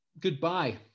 Goodbye